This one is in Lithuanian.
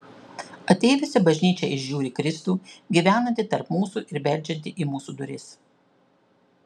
ateiviuose bažnyčia įžiūri kristų gyvenantį tarp mūsų ir beldžiantį į mūsų duris